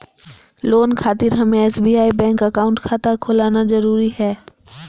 Loan खातिर हमें SBI bank account खाता खोल आना जरूरी है?